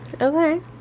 Okay